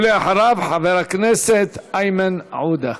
ואחריו, חבר הכנסת איימן עודה.